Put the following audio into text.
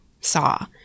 saw